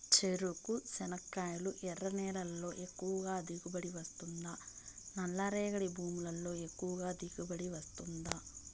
చెరకు, చెనక్కాయలు ఎర్ర నేలల్లో ఎక్కువగా దిగుబడి వస్తుందా నల్ల రేగడి భూముల్లో ఎక్కువగా దిగుబడి వస్తుందా